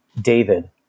David